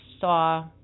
saw